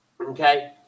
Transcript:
Okay